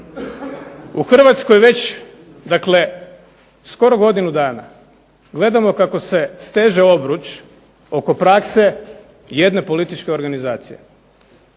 U Hrvatskoj već, dakle skoro godinu dana gledamo kako se steže obruč oko prakse jedne političke organizacije,